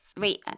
Wait